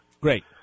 Great